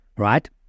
Right